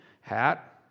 hat